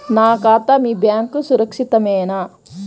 నా ఖాతా మీ బ్యాంక్లో సురక్షితమేనా?